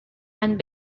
and